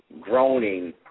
groaning